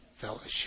Fellowship